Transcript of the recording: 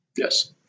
Yes